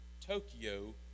Tokyo